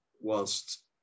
whilst